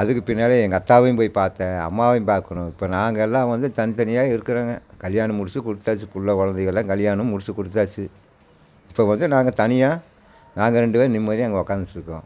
அதுக்கு பின்னாடி எங்கள் அத்தாவையும் போய் பாத்தேன் அம்மாவையும் பார்க்கணும் இப்போ நாங்கள் எல்லாம் வந்து தனித்தனியாக இருக்கிறோங்க கல்யாணம் முடித்து கொடுத்தாச்சு புள்ளை குழந்தைங்கள்லாம் கல்யாணம் முடித்து கொடுத்தாச்சு இப்போ வந்து நாங்கள் தனியாக நாங்கள் ரெண்டு பேர் நிம்மதியாக இங்கே உக்காந்துட்ருக்கோம்